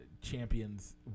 champions